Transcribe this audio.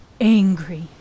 Angry